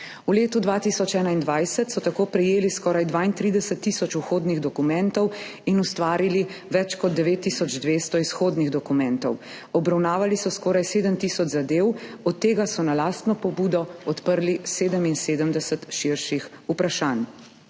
V letu 2021 so tako prejeli skoraj 32 tisoč vhodnih dokumentov in ustvarili več kot 9 tisoč 200 izhodnih dokumentov. Obravnavali so skoraj 7 tisoč zadev, od tega so na lastno pobudo odprli 77 širših vprašanj.